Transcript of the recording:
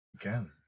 again